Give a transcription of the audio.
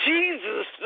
Jesus